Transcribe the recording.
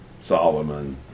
Solomon